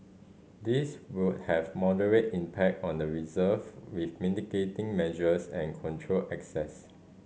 these would have moderate impact on the reserve with mitigating measures and controlled access